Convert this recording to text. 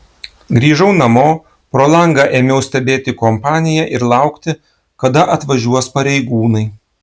grįžau namo pro langą ėmiau stebėti kompaniją ir laukti kada atvažiuos pareigūnai